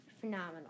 phenomenal